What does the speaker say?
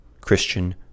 Christian